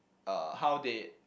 uh how they